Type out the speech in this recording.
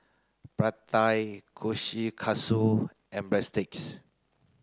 Pad Thai Kushikatsu and Breadsticks